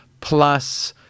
plus